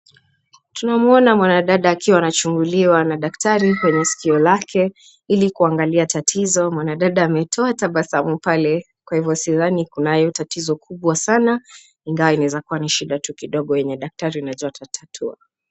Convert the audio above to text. Tuna muona mwanadada akiwa anachunguliwa na daktari kwenye sikio lake ili kuangalia tatizo. Mwanadada ametoa tabasamu pale sasa sidhani kunayo tatizo kubwa sana, ingawa inaweza kuwa tu kidogo yenye daktari anaweza tatua.